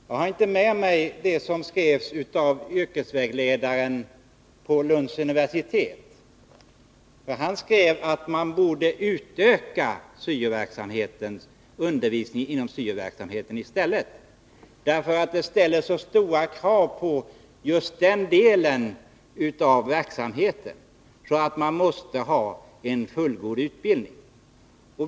Jag har inte det som skrevs av yrkesvägledaren vid Lunds universitet till hands, men han framhöll att man i stället borde utöka undervisningen inom syo-verksamheten eftersom det just inom den delen ställs så stora krav att man måste ha en fullgod utbildning.